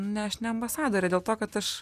ne aš ne ambasadorė dėl to kad aš